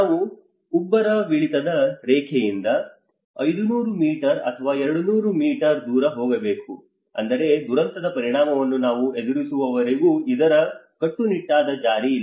ನಾವು ಉಬ್ಬರವಿಳಿತದ ರೇಖೆಯಿಂದ 500 ಮೀಟರ್ ಅಥವಾ 200 ಮೀಟರ್ ದೂರ ಹೋಗಬೇಕು ಅಂದರೆ ದುರಂತದ ಪರಿಣಾಮವನ್ನು ನಾವು ಎದುರಿಸುವವರೆಗೂ ಇದರ ಕಟ್ಟುನಿಟ್ಟಾದ ಜಾರಿ ಇಲ್ಲ